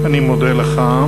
אני מודה לך.